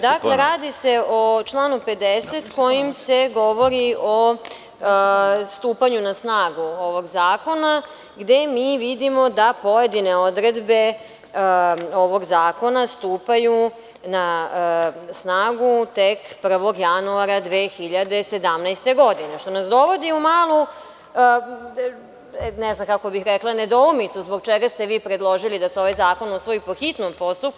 Dakle, radi se o članu 50. kojim se govori o stupanju na snagu ovog zakona gde mi vidimo da pojedine odredbe ovog zakona stupaju na snagu tek 1. januara 2017. godine, što nas dovodi u malu, ne znam kako bih rekla, nedoumicu zbog čega ste vi predložili da se ovaj zakon usvoji po hitnom postupku.